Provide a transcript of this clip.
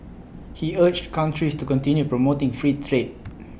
he urged countries to continue promoting free trade